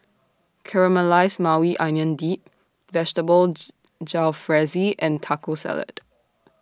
Caramelized Maui Onion Dip Vegetable Jalfrezi and Taco Salad